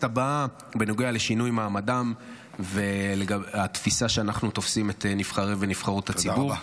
הבאה בנוגע לשינוי מעמדם והתפיסה שאנחנו תופסים את נבחרי ונבחרות הציבור.